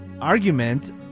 argument